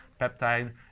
peptide